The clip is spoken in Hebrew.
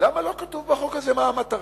למה לא כתוב בחוק הזה מה המטרה?